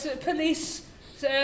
police